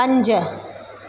पंज